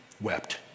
wept